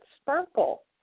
Sparkle